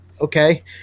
okay